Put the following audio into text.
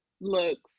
looks